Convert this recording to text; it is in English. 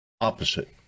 opposite